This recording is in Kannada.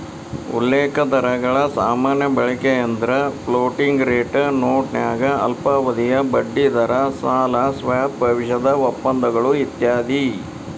ಉಲ್ಲೇಖ ದರಗಳ ಸಾಮಾನ್ಯ ಬಳಕೆಯೆಂದ್ರ ಫ್ಲೋಟಿಂಗ್ ರೇಟ್ ನೋಟನ್ಯಾಗ ಅಲ್ಪಾವಧಿಯ ಬಡ್ಡಿದರ ಸಾಲ ಸ್ವಾಪ್ ಭವಿಷ್ಯದ ಒಪ್ಪಂದಗಳು ಇತ್ಯಾದಿ